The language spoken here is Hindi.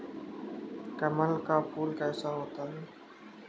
कमल का फूल कैसा होता है?